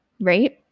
right